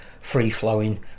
free-flowing